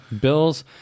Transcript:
bills